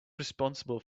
responsible